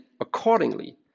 accordingly